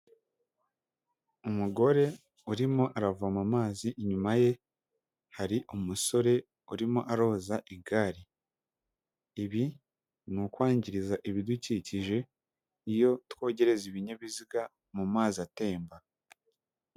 Umugore urimo aravoma amazi, inyuma ye hari umusore urimo aroza igare, ibi ni ukwangiriza ibidukikije, iyo twogereza ibinyabiziga mu mazi atemba.